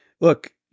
Look